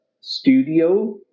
studio